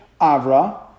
Avra